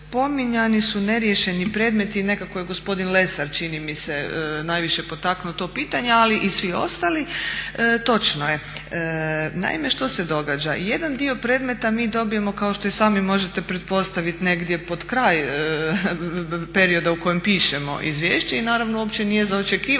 Spominjani su neriješeni predmeti. Nekako je gospodin Lesar čini mi se najviše potaknuo to pitanje, ali i svi ostali. Točno je. Naime, što se događa? Jedan dio predmeta mi dobijemo kao što i sami možete pretpostaviti negdje pod kraj perioda u kojem pišemo izvješće i naravno uopće nije za očekivati